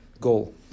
goal